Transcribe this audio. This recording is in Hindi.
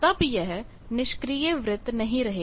तब यह निष्क्रिय वृत्त नहीं रहेगा